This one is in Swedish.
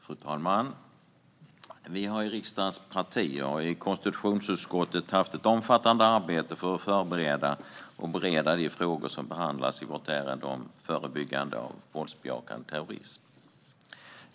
Fru talman! Vi har i riksdagens partier och i konstitutionsutskottet haft ett omfattande arbete med att förbereda och bereda de frågor som behandlas i vårt ärende om förebyggande av våldsbejakande terrorism.